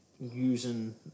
using